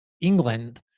England